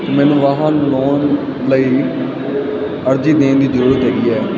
ਮੈਨੂੰ ਵਾਹਨ ਲੋਨ ਲਈ ਅਰਜ਼ੀ ਦੇਣ ਦੀ ਜ਼ਰੂਰਤ ਹੈਗੀ ਹੈ